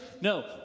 No